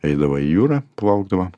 eidavo į jūrą plaukdavo